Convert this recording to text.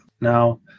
Now